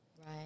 Right